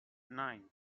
nine